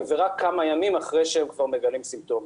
ורק כמה ימים אחרי שהם כבר מגלים סימפטומים.